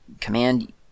command